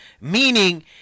meaning